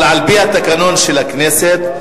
אבל על-פי תקנון הכנסת,